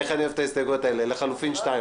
איך את אני עושה הסתייגויות: לחלופין 2,